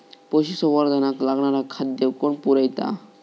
पशुसंवर्धनाक लागणारा खादय कोण पुरयता?